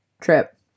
trip